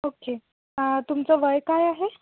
okay तुमचं वय काय आहे